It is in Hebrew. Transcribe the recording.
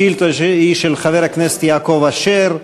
השאילתה היא של חבר הכנסת יעקב אשר.